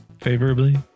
favorably